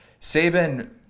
Saban